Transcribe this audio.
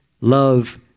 love